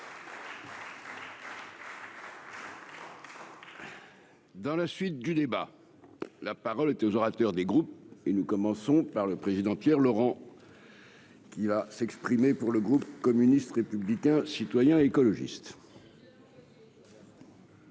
Dans la suite du débat, la parole était aux orateurs des groupes et nous commençons par le président Pierre Laurent. Pour. Il va s'exprimer pour le groupe communiste, républicain, citoyen et écologiste.